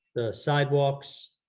sidewalks,